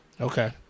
Okay